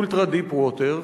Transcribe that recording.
Ultra deepwater.